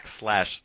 backslash